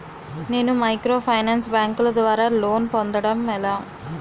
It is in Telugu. నేను మైక్రోఫైనాన్స్ బ్యాంకుల ద్వారా లోన్ పొందడం ఎలా?